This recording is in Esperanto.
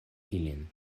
ilin